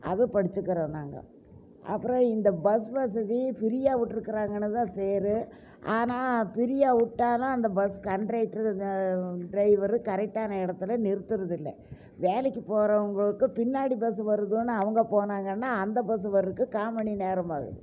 அது படிச்சிக்கிறோம் நாங்கள் அப்புறம் இந்த பஸ் வசதி ஃப்ரீயாக விட்டிருக்குறாங்கனு தான் பேர் ஆனால் ப்ரீயாக விட்டாலும் அந்த பஸ் கண்ரெக்டருங்க டிரைவரு கரெக்டான இடத்துல நிறுத்துவது இல்லை வேலைக்கு போகிறவங்களுக்கு பின்னாடி பஸ் வருதுன்னு அவங்க போனாங்கன்னால் அந்த பஸ்ஸு வர்றக்கு கால்மணி நேரம் ஆகுது